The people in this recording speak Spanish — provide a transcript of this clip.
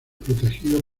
protegido